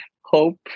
hope